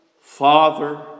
father